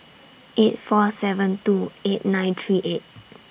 eight four seven two eight nine three eight